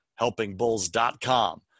helpingbulls.com